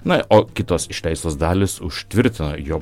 na o kitos išleistos dalys užtvirtino jo